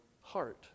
heart